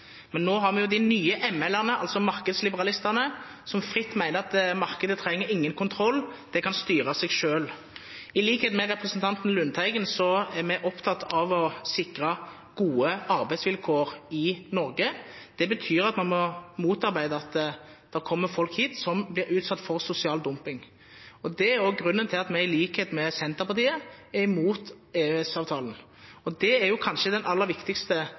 men nå har vi de nye ml-erne, altså markedsliberalistene som fritt mener at markedet trenger ingen kontroll, det kan styre seg selv. I likhet med representanten Lundteigen er vi opptatt av å sikre gode arbeidsvilkår i Norge. Det betyr at man må motarbeide at folk kommer hit og blir utsatt for sosial dumping. Det er også grunnen til at vi, i likhet med Senterpartiet, er mot EØS-avtalen. Og det kanskje aller viktigste